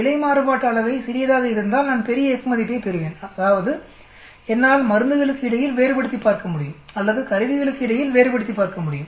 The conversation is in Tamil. பிழை மாறுபாட்டு அளவை சிறியதாக இருந்தால் நான் பெரிய F மதிப்பைப் பெறுவேன் அதாவது என்னால் மருந்துகளுக்கு இடையில் வேறுபடுத்திப் பார்க்க முடியும் அல்லது கருவிகளுக்கு இடையில் வேறுபடுத்திப் பார்க்க முடியும்